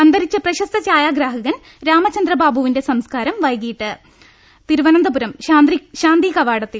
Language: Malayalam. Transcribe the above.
അന്തരിച്ച പ്രശസ്ത ഛായാഗ്രാഹകൻ രാമചന്ദ്ര ബാബുവിന്റെ സംസ്കാരം വൈകിട്ട് തിരുവനന്തപുരം ശാന്തികവാടത്തിൽ